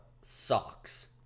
socks